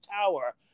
tower